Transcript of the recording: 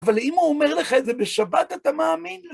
אבל אם הוא אומר לך איזה בשבת, אתה מאמין לו?